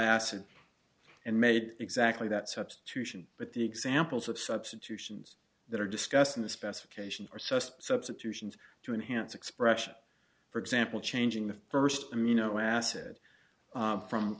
acid and made exactly that substitution but the examples of substitutions that are discussed in the specification are so substitutions to enhance expression for example changing the first amino acid from